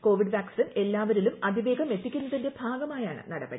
Covid vaccine എല്ലാവരിലും അതിവേഗം എത്തിക്കുന്നതിന്റെ ഭാഗമായാണ് നടപടി